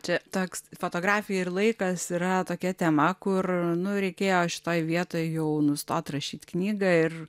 čia toks fotografija ir laikas yra tokia tema kur nu reikėjo šitoj vietoj jau nustot rašyt knygą ir